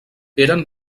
eren